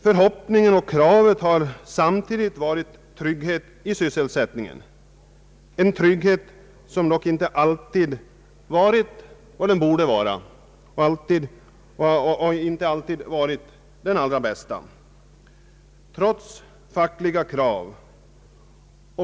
Förhoppningen och kravet har samtidigt varit att man skulle få trygghet i sysselsättningen — en trygghet som dock inte alltid varit den allra bästa.